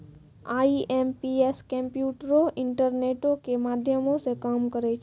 IMPS कम्प्यूटरो, इंटरनेटो के माध्यमो से काम करै छै